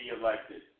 elected